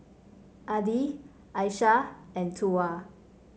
Adi Aisyah and Tuah